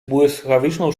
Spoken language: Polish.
błyskawiczną